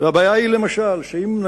והבעיה היא למשל שאם,